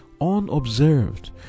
unobserved